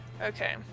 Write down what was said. Okay